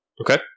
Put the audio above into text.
Okay